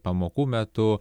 pamokų metu